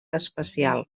especial